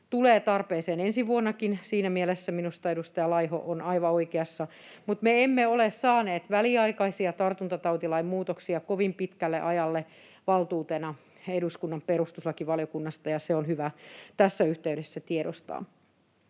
tulee tarpeeseen ensi vuonnakin — siinä mielessä minusta edustaja Laiho on aivan oikeassa — mutta me emme ole saaneet väliaikaisia tartuntatautilain muutoksia kovin pitkälle ajalle valtuutena eduskunnan perustuslakivaliokunnasta, ja se on hyvä tässä yhteydessä tiedostaa.